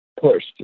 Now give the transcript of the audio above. pushed